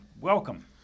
welcome